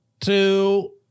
two